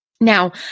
Now